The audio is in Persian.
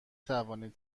توانید